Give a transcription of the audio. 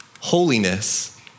Holiness